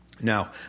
Now